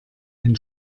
ein